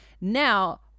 now